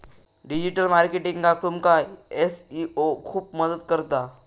digital मार्केटिंगाक तुमका SEO खूप मदत करता